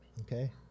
Okay